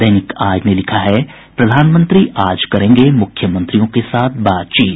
दैनिक आज ने लिखा है प्रधानमंत्री आज करेंगे मुख्यमंत्रियों के साथ बातचीत